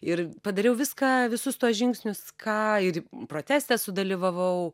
ir padariau viską visus tuos žingsnius ką ir proteste sudalyvavau